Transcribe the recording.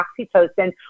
oxytocin